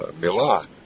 Milan